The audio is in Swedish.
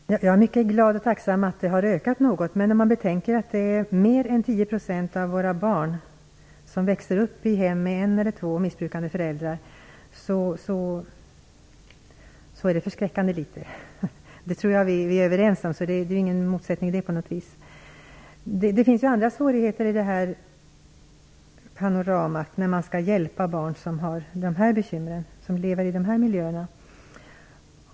Herr talman! Jag är mycket glad över och tacksam för att det här arbetet har ökat något. Men om man betänker att mer än 10 % av svenska barn växer upp i hem med en eller två missbrukande föräldrar så är det förskräckande litet. Jag tror att vi är överens om det, så där finns ingen som helst motsättning. Det finns också andra svårigheter i det här panoramat när man skall hjälpa barn som lever i nämnda miljöer.